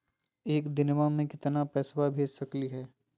एक दिनवा मे केतना पैसवा भेज सकली हे?